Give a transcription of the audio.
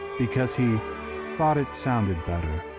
because he thought it sounded better.